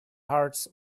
hearts